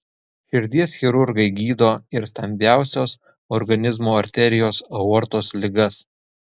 širdies chirurgai gydo ir stambiausios organizmo arterijos aortos ligas